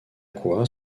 quoi